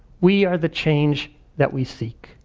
we are the change that we seek.